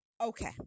Okay